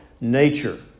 nature